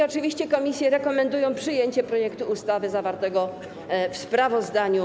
Oczywiście połączone komisje rekomendują przyjęcie projektu ustawy zawartego w ich sprawozdaniu.